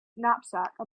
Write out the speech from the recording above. knapsack